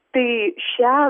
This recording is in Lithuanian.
tai šią